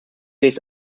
days